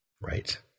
right